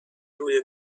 روی